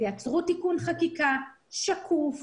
תייצרו תיקון חקיקה שקוף,